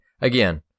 again